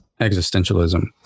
existentialism